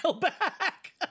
back